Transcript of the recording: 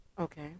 okay